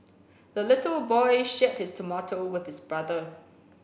the little boy shared his tomato with his brother